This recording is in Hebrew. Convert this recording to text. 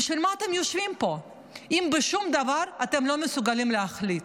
בשביל מה אתם יושבים פה אם בשום דבר אתם לא מסוגלים להחליט?